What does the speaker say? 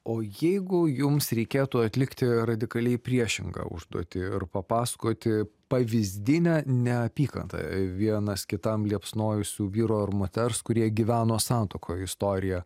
o jeigu jums reikėtų atlikti radikaliai priešingą užduotį ir papasakoti pavyzdinę neapykantą vienas kitam liepsnojusių vyro ar moters kurie gyveno santuokoj istoriją